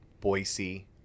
Boise